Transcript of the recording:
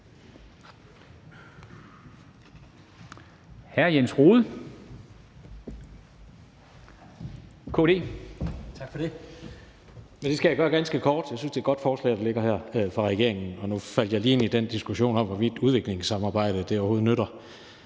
Jens Rohde (KD): Tak for det. Jeg skal gøre det ganske kort. Jeg synes, det er et godt forslag fra regeringen, der ligger her. Og nu faldt jeg lige ind i den diskussion om, hvorvidt udviklingssamarbejdet overhovedet nytter.